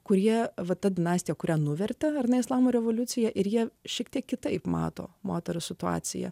kurie va ta dinastija kurią nuvertė varnai islamo revoliucija ir jie šiek tiek kitaip mato moterų situaciją